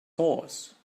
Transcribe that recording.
horse